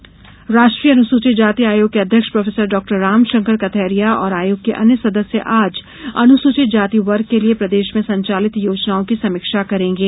आयोग दौरा राष्ट्रीय अनुसूचित जाति आयोग के अध्यक्ष प्रो डॉ राम शंकर कथैरिया और आयोग के अन्य सदस्य आज अनुसूचित जाति वर्ग के लिये प्रदेश में संचालित योजनाओं की समीक्षा करेंगे